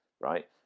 Right